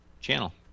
channel